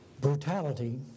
brutality